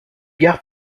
gare